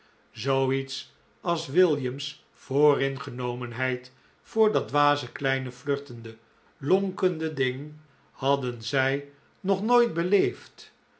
als william's vooringenomenheid voor dat dwaze kleine flirtende lonkende ding hadden zij nog nooit beleefd